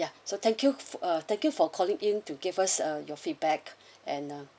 ya so thank you for uh thank you for calling in to give us uh your feedback and uh